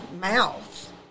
mouth